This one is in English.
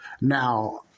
Now